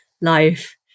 life